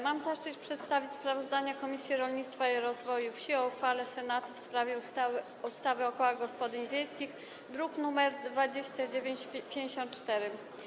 Mam zaszczyt przedstawić sprawozdanie Komisji Rolnictwa i Rozwoju Wsi o uchwale Senatu w sprawie ustawy o kołach gospodyń wiejskich, druk nr 2954.